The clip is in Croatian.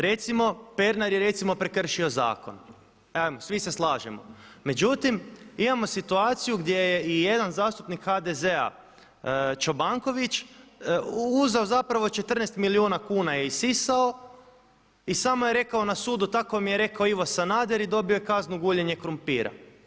Recimo Pernar je recimo prekršio zakon, ajmo svi se slažemo, međutim imamo situaciju gdje je i jedan zastupnik HDZ-a Čobanković uzeo zapravo 14 milijuna kuna je isisao i samo je rekao na sudu, tako mi je rekao Ivo Sanader i dobio je kaznu guljenje krumpira.